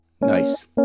Nice